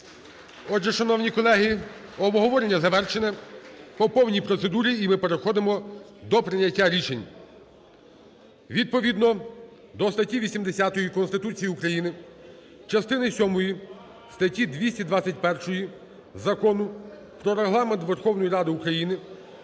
Отже, шановні колеги, обговорення завершене по повній процедурі. І ми переходимо до прийняття рішень. Відповідно до статті 80 Конституції України, частини сьомої статті 221 Закону "Про Регламент Верховної Ради України"